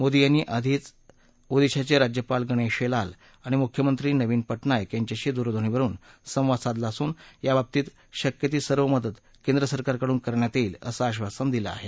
मोदी यांनी आधीच ओदिशाचे राज्यपाल गणेशी लाल आणि मुख्यमंत्री नवीन पटनायक यांच्याशी दूरध्वनीवर संवाद साधला असून याबाबतीत शक्यती सर्व मदत केंद्रसरकारकडून करण्यात येईल असं आश्वासन दिलं आहे